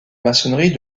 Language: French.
maçonnerie